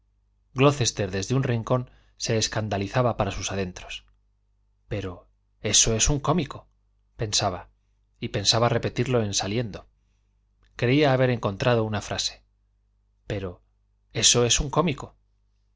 glocester desde un rincón se escandalizaba para sus adentros pero eso es un cómico pensaba y pensaba repetirlo en saliendo creía haber encontrado una frase pero eso es un cómico